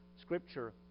Scripture